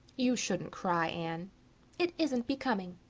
you shouldn't cry, anne it isn't becoming,